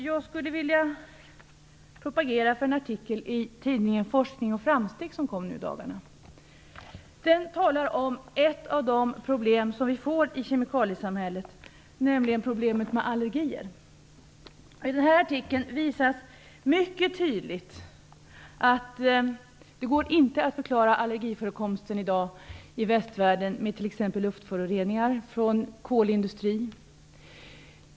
Jag skulle vilja propagera för en artikel i tidningen Forskning och Framsteg, som kom nu i dagarna. Där talas det om ett av de problem som vi får i kemikaliesamhället, nämligen allergier. I artikeln visas det mycket tydligt att det inte går att förklara allergiförekomsten i västvärlden i dag med t.ex. luftföroreningar från kolindustrin.